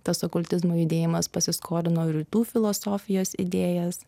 tas okultizmo judėjimas pasiskolino ir rytų filosofijos idėjas